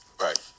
Right